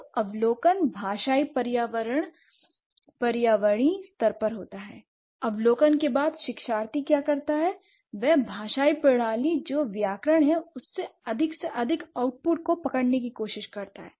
तो अवलोकन भाषाई पर्यावरणीय स्तर पर होता है अवलोकन के बाद शिक्षार्थी क्या करता है वह भाषाई प्रणाली जो व्याकरण है उससे अधिक से अधिक आउटपुट को पकड़ने की कोशिश करतl है